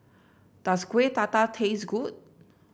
does Kuih Dadar taste good